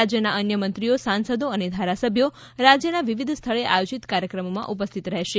રાજ્યના અન્ય મંત્રીઓ સાંસદો અને ધારાસભ્યો રાજ્યના વિવિધ સ્થળે આયોજિત કાર્યક્રમો માં ઉપસ્થિત રહેનાર છે